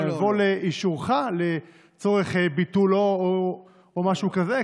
יבוא לאישורך לצורך ביטולו או משהו כזה?